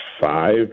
five